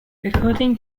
according